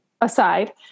aside